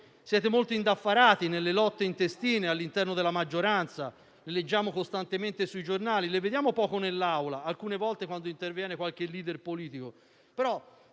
siate molto indaffarati nelle lotte intestine all'interno della maggioranza di cui leggiamo costantemente sui giornali. Le vediamo poco in Aula, magari quando interviene qualche *leader* politico,